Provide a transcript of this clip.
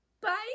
Bye